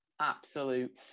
absolute